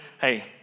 hey